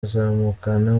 azamukana